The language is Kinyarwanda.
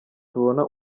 tubona